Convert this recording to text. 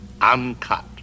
uncut